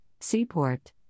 Seaport